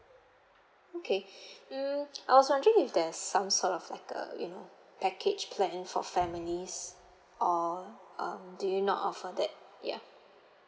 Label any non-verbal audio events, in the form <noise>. okay <breath> mm I was wondering if there's some sort of like a you know package plan for families or um do you not offer that ya